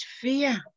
fear